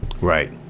Right